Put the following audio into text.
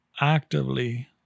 actively